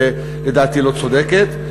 ולדעתי לא צודקת.